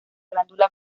glándula